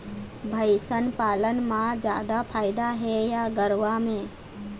भंइस पालन म जादा फायदा हे या गरवा में?